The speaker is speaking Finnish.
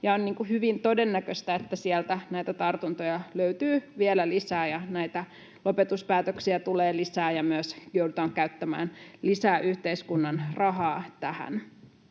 on hyvin todennäköistä, että sieltä näitä tartuntoja löytyy vielä lisää ja näitä lopetuspäätöksiä tulee lisää ja myös joudutaan käyttämään lisää yhteiskunnan rahaa tähän.